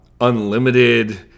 unlimited